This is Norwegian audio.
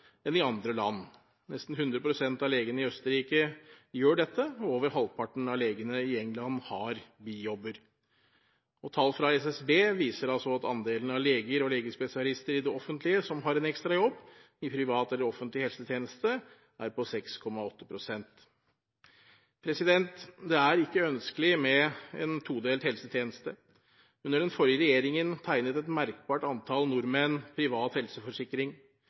andre land. Nesten 100 pst. av legene i Østerrike gjør dette, og over halvparten av legene i England har bijobber. Tall fra SSB viser at andelen av leger og legespesialister i det offentlige som har en ekstrajobb i privat eller offentlig helsetjeneste, er på 6,8 pst. Det er ikke ønskelig med en todelt helsetjeneste. Under den forrige regjeringen tegnet et merkbart antall nordmenn privat helseforsikring.